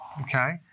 okay